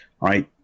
Right